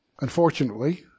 Unfortunately